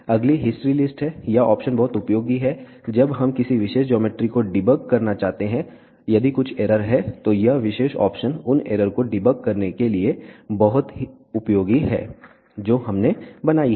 अगली history list है यह ऑप्शन बहुत उपयोगी है जब हम किसी विशेष ज्योमेट्री को डिबग करना चाहते हैं यदि कुछ एरर हैं तो यह विशेष ऑप्शन उन एरर को डीबग करने के लिए बहुत ही उपयोगी है जो हमने बनाई हैं